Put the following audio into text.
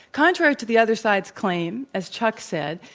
contrary to the other side's claim, as chuck said,